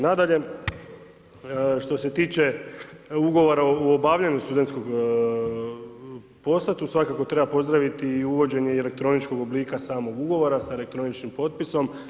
Nadalje, što se tiče ugovora o obavljanju studentskog posla, tu svakako treba pozdraviti i uvođenje elektroničkog oblika samog ugovora sa elektroničnim potpisom.